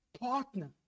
partner